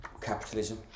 Capitalism